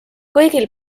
kõigil